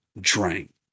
drank